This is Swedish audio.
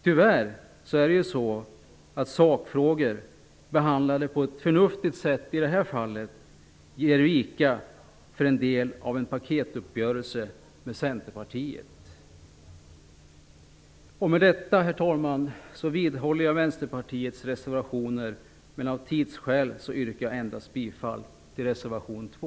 Tyvärr är det så att sakfrågor behandlade på ett förnuftigt sätt i det här fallet ger vika för en del av en paketuppgörelse med Centerpartiet. Med detta, herr talman, vidhåller jag de synpunkter som framförs i Vänsterpartiets reservationer, men av tidsskäl yrkar jag bifall endast till reservation 2.